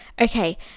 okay